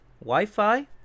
Wi-Fi